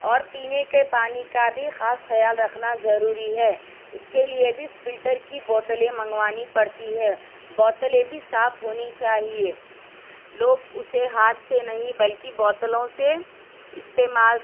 اور پینے کے پانی کا بھی خاص خیال رکھنا ضروری ہے اس کے لیے بھی فلٹر کی بوٹلیں منگوانی پڑتی ہے بوتلیں بھی صاف ہونی چاہیے لوگ اسے ہاتھ سے نہیں بلکہ بوتلوں سے استعمال